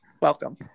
Welcome